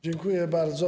Dziękuję bardzo.